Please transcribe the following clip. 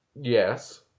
Yes